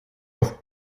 auf